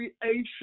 creation